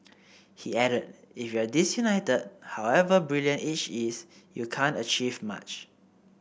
he added If you're disunited however brilliant each is you can't achieve much